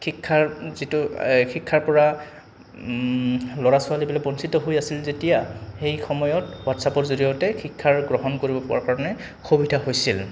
শিক্ষাৰ যিটো শিক্ষাৰ পৰা ল'ৰা ছোৱালীবিলাক বঞ্চিত হৈ আছিল যেতিয়া সেই সময়ত হোৱাটছএপৰ জৰিয়তে শিক্ষাৰ গ্ৰহণ কৰিব পোৱা কাৰণে সুবিধা হৈছিল